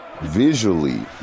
visually